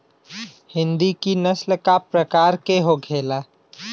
हिंदी की नस्ल का प्रकार के होखे ला?